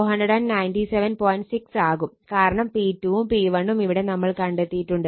6 ആകും കാരണം P2 വും P1 ഉം ഇവിടെ നമ്മൾ കണ്ടെത്തിയിട്ടുണ്ട്